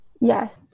Yes